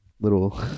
little